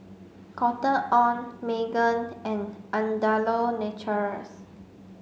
Cotton On Megan and Andalou Naturals